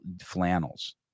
flannels